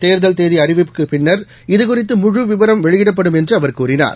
தேர்தல் தேதிஅறிவிப்புக்குபின்னர் இது குறித்துமுழுவிவரம் வெளியிடப்படும் என்றுஅவர் கூறினார்